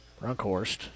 Brunkhorst